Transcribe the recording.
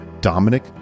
Dominic